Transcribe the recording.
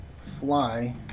fly